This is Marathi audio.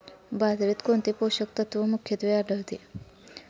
बाजरीत कोणते पोषक तत्व मुख्यत्वे आढळते?